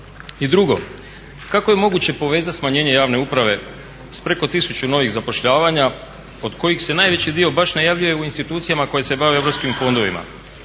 I drugo, kako je moguće povezat smanjenje javne uprave s preko tisuću novih zapošljavanja od kojih se najveći dio baš najavljuje u institucijama koje se bave europskim fondovima,